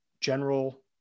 general